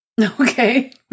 Okay